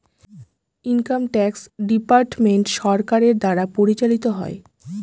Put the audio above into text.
income tax department সরকারের দ্বারা পরিচালিত হয়